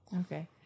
Okay